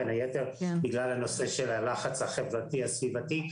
בין היתר בגלל הלחץ החברתי הסביבתי.